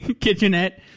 kitchenette